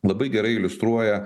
labai gerai iliustruoja